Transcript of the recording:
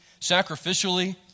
sacrificially